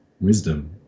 wisdom